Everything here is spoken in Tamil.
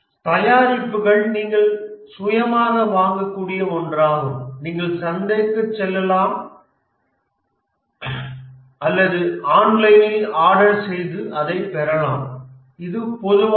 தயாரிப்புகள் நீங்கள் சுயமாக வாங்கக்கூடிய ஒன்றாகும் நீங்கள் சந்தைக்குச் செல்லலாம் அல்லது ஆன்லைனில் ஆர்டர் செய்து அதைப் பெறலாம் இவை பொதுவானவை